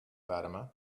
fatima